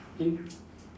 think